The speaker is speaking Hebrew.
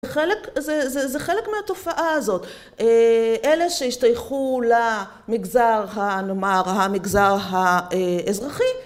זה חלק מהתופעה הזאת, אלה שהשתייכו למגזר, הנאמר המגזר האזרחי